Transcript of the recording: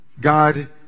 God